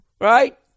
Right